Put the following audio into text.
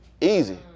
Easy